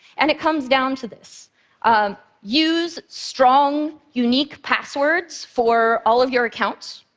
and it comes down to this use strong, unique passwords for all of your accounts.